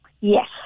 Yes